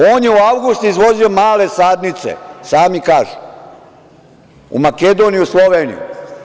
On je u avgustu izvozio male sadnice, sami kažu, u Makedoniju, Sloveniju.